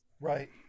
Right